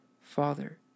Father